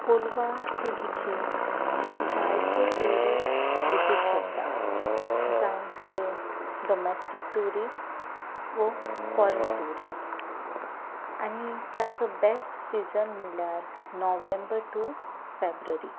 कोलवा हे बिचेर जायते ट्युरिस्ट विजीट करता जावं ते डोमेस्टीक ट्युरिस्ट वो फॉरन ट्युरिस्ट आनी ताचो बेस्ट सिजन म्हणल्यार नोव्हेंबर टू फेब्रुवारी